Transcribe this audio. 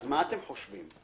מה אתם חושבים?